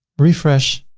refresh.